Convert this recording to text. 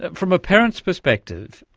from a parent's perspective,